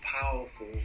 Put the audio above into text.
powerful